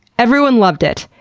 everyone loved it.